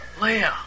Leia